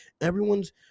everyone's